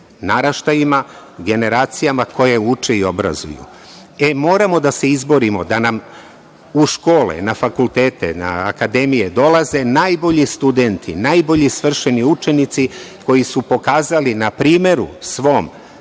naraštajima, generacijama koje uče i obrazuju. E, moramo da se izborimo da nam u škole, na fakultete, na akademije, dolaze najbolji studenti, najbolji svršeni učenici koji su pokazali na primeru svom